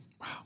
Wow